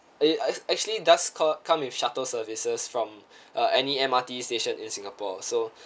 it actually does come with shuttle services from uh any M_R_T station in singapore so